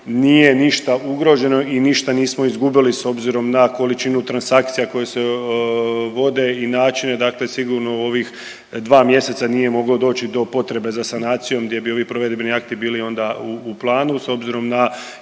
nije ništa ugroženo i ništa nismo izgubili s obzirom na količinu transakcija koje se vode i načine, dakle sigurno u ovih 2 mjeseca nije moglo doći do potrebe za sanacijom gdje bi ovi provedbeni akti bili onda u planu, s obzirom na